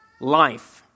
life